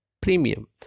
premium